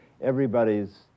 Everybody's